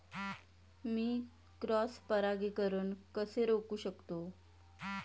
मी cross परागीकरण कसे रोखू शकतो?